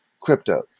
crypto